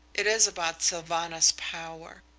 it is about sylvanus power.